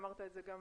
אמרת את זה גם